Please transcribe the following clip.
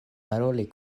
paroli